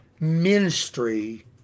ministry